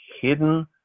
hidden